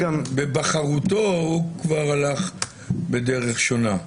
בבחרותו הוא כבר הלך בדרך שונה.